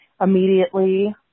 Immediately